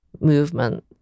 movement